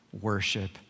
worship